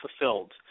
fulfilled